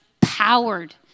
powered